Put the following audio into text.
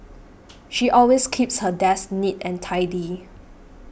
she always keeps her desk neat and tidy